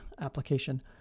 application